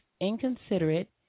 inconsiderate